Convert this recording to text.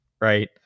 right